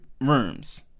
rooms